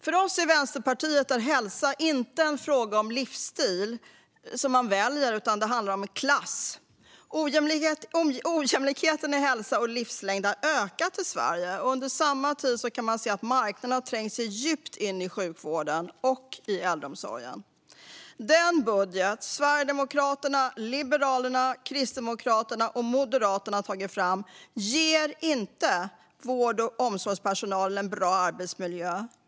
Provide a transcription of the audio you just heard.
För oss i Vänsterpartiet är hälsa inte en fråga om livsstil som man väljer, utan det är en klassfråga. Ojämlikheten i hälsa och livslängd har ökat i Sverige. Under samma tid kan man se att marknaden har trängt sig djupt in i sjukvården och äldreomsorgen. Den budget som Sverigedemokraterna, Liberalerna, Kristdemokraterna och Moderaterna tagit fram ger inte vård och omsorgspersonalen en bra arbetsmiljö.